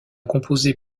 composé